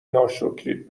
ناشکرید